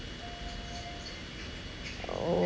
orh